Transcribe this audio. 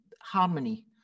harmony